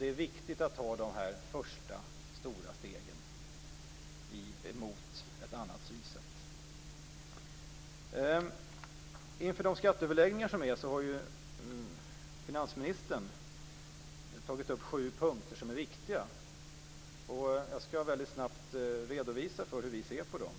Det är viktigt att ta de första stora stegen mot ett annat synsätt. Inför skatteöverläggningarna har finansministern tagit upp sju punkter som är viktiga. Jag skall mycket snabbt redovisa hur vi ser på dem.